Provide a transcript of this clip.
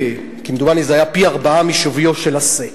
כמדומני זה היה פי-ארבעה משוויו של השה.